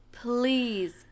Please